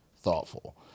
thoughtful